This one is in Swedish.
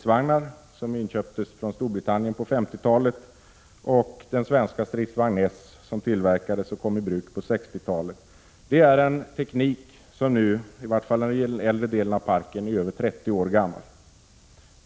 Dessa inköptes i slutet av 1950-talet från Storbritannien. Vidare har vi den svenska stridsvagnen S, som tillverkades och kom i bruk på 1960-talet. Åtminstone när det gäller den äldre delen av parken är det här fråga om en teknik som är ungefär 30 år gammal.